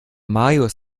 marius